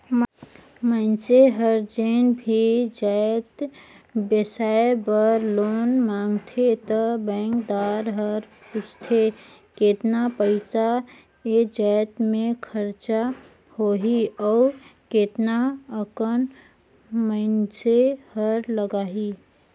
मइनसे हर जेन भी जाएत बिसाए बर लोन मांगथे त बेंकदार हर पूछथे केतना पइसा ए जाएत में खरचा होही अउ केतना अकन मइनसे हर लगाही